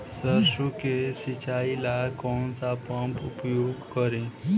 सरसो के सिंचाई ला कौन सा पंप उपयोग करी?